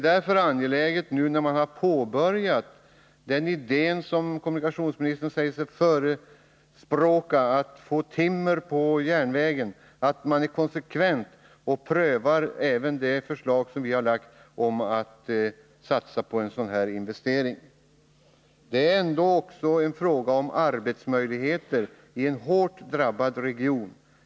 När man nu börjat arbeta efter den idé som kommunikationsministern säger sig förespråka, nämligen att transportera timmer på järnväg, är det angeläget att man är konsekvent och prövar även det förslag som vi lagt fram om att satsa på en sådan här investering. Det är också fråga om arbetsmöjligheter i en hårt drabbad region.